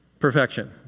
perfection